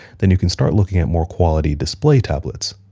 then you can start looking at more quality display tablets.